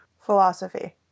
Philosophy